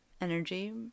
energy